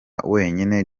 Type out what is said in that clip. wenyine